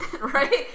Right